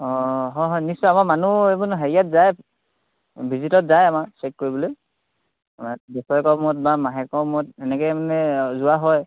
অঁ হয় হয় নিশ্চয় আমাৰ মানুহ এইবোৰ হেৰিয়াত যায় ভিজিটত যায় আমাৰ চেক কৰিবলৈ আমাৰ বছেৰেকৰ মূৰত বা মাহেকৰ মূৰত এনেকৈ মানে যোৱা হয়